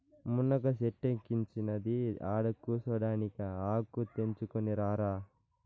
మునగ సెట్టిక్కించినది ఆడకూసోడానికా ఆకు తెంపుకుని రారా